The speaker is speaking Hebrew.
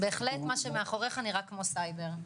בהחלט מה שמאחוריך נראה כמו סייבר.